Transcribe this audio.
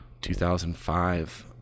2005